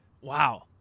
Wow